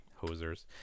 hosers